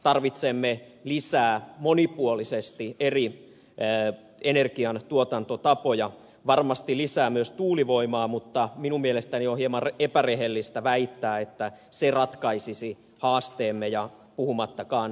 tarvitsemme lisää monipuolisesti eri energiantuotantotapoja varmasti lisää myös tuulivoimaa mutta minun mielestäni on hieman epärehellistä väittää että se ratkaisisi haasteemme puhumattakaan energiatarpeestamme